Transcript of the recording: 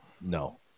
No